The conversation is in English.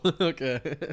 Okay